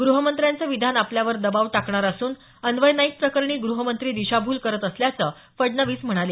गृहमंत्र्यांचं विधान आपल्यावर दबाव टाकणारं असून अन्वय नाईक प्रकरणी गृहमंत्री दिशाभूल करत असल्याचं फडणवीस म्हणाले